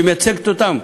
שמייצגת אותם.